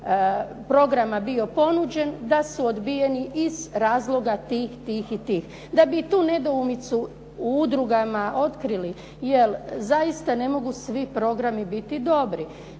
programa bio ponuđen, da su odbijeni iz razloga tih, tih i tih, da bi tu nedoumicu u udrugama otkrili, jer zaista ne mogu svi programi biti dobri,